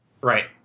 Right